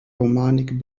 romanik